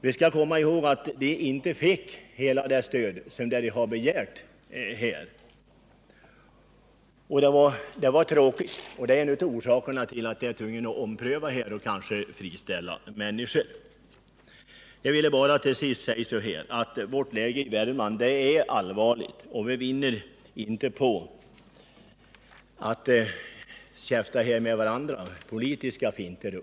Vi skall komma ihåg att Vänerskog inte fick hela det stöd som de hade begärt, vilket var tråkigt. Det är en av orsakerna till att företaget är tvingat att friställa personal. Jag vill till sist säga att läget i Värmland är allvarligt. Vi vinner inte på att här käfta med varandra och använda politiska finter.